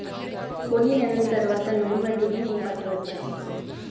కొన్ని నెలల తర్వాత లోన్ వడ్డీని నేను కట్టవచ్చా?